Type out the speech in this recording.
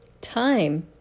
time